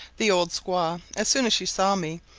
the old squaw, as soon as she saw me,